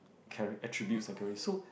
carry attributes and carry so